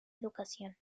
educación